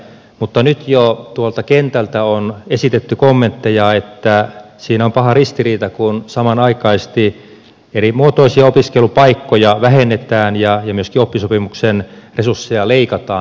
mutta nyt jo tuolta kentältä on esitetty kommentteja että siinä on paha ristiriita kun samanaikaisesti erimuotoisia opiskelupaikkoja vähennetään ja myöskin oppisopimuksen resursseja leikataan